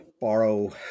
borrow